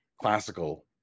classical